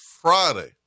Friday